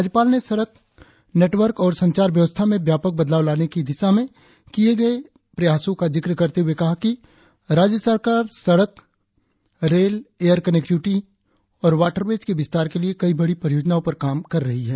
राज्यपाल ने सड़क नेटवर्क और संचार व्यवस्था में व्यापक बदलाव लाने की दिशा में किए जाने वाले प्रयासों का जिक्र करते हुए कहा कि राज्य सरकार सड़क रेल एयर कनेक्टिविटी और वाटरवेज के विस्तार के लिए कई बड़ी परियोजनाओं पर काम कर रही है